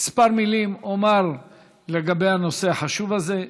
כמה מילים אומר לגבי הנושא החשוב הזה.